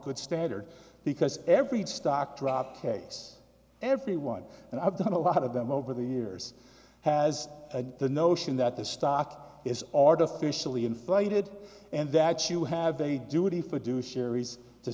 good standard because every stock drop case every one and i've done a lot of them over the years has the notion that the stock is artificially inflated and that she would have a duty for do sherry's to